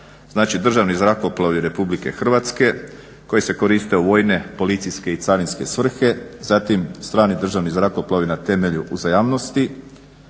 znači državni zrakoplovi RH koji se koriste u vojne, policijske i carinske svrhe, zatim strani državni zrakoplovi na temelju uzajamnosti,